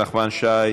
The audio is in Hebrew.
נחמן שי,